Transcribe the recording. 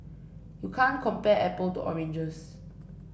you can't compare apples to oranges